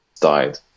died